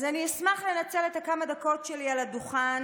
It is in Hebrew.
אני אשמח לנצל את הכמה דקות שלי על הדוכן